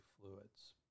fluids